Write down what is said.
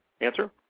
answer